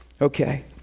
Okay